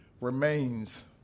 remains